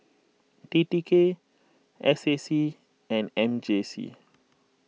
T T K S A C and M J C